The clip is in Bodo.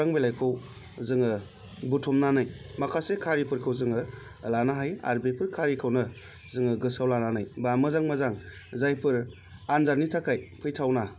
खौरां बिलाइखौ जोङो बुथुमनानै माखासे खारिफोरखौ जोङो लानो हायो आर बेफोर खारिखौनो जोङो गोसोआव लानानै बा मोजां मोजां जायफोर आन्जादनि थाखाय फैथावना